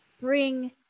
bring